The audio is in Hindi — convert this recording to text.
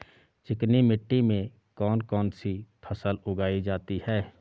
चिकनी मिट्टी में कौन कौन सी फसल उगाई जाती है?